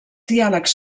diàlegs